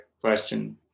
question